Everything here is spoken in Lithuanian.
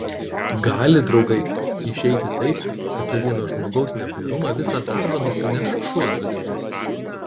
gali draugai išeiti taip kad per vieno žmogaus neapdairumą visą darbą nusineš šuo ant uodegos